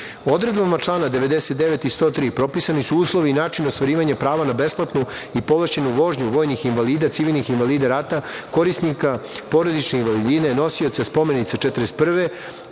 člana 99. i 103. propisani su uslovi i način ostvarivanja prava ne besplatnu i povlašćenu vožnju vojnih invalida, civilnih invalida rata, korisnika porodične invalidnine, nosioca spomenice 1941,